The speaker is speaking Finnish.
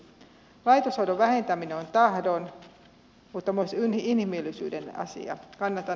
laitoshoidon vähentäminen on tahdon mutta myös inhimillisyyden asia